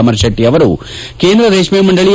ಅಮರಶೆಟ್ಟಿ ಅವರು ಕೇಂದ್ರ ರೇಷ್ಠೆ ಮಂಡಳಿ